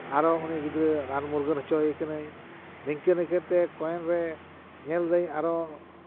ᱟᱨᱚ ᱩᱱᱤ ᱜᱤᱫᱽᱨᱟᱹ ᱨᱟᱱ ᱢᱩᱨᱜᱟᱹᱱ ᱦᱚᱪᱚᱭᱮ ᱠᱟᱹᱱᱟᱹᱧ ᱱᱤᱝᱠᱟᱹ ᱱᱤᱝᱠᱟᱹ ᱛᱮ ᱠᱚᱭᱮᱱ ᱨᱮ ᱧᱮᱞ ᱫᱟᱹᱧ ᱟᱨᱚ